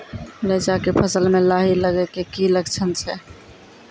रैचा के फसल मे लाही लगे के की लक्छण छै?